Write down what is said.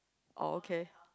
oh okay